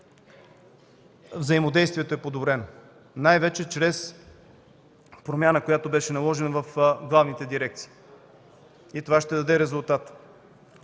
Взаимодействието е подобрено най-вече чрез промяна, която беше наложена в главните дирекции. И това ще даде резултат.